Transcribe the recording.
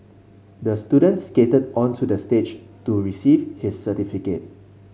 the student skated onto the stage to receive his certificate